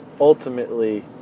ultimately